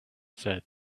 said